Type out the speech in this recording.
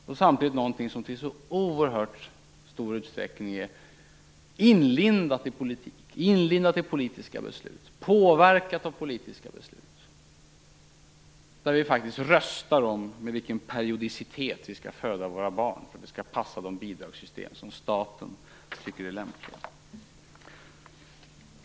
Det är samtidigt någonting som i oerhört stor utsträckning är inlindat i politik och politiska beslut och påverkat av politiska beslut. Vi röstar faktiskt om med vilken periodicitet vi skall föda våra barn, för att det skall passa de bidragssystem som staten tycker är lämpliga.